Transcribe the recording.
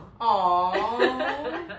Aww